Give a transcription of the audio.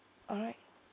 alright